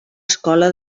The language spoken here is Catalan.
escola